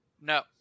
no